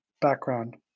background